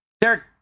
Derek